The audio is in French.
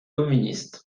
communistes